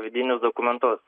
vidinius dokumentus